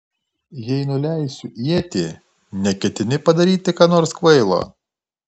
jei nuleisiu ietį neketini padaryti ką nors kvailo